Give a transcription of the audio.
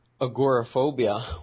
Agoraphobia